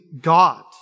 God